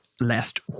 last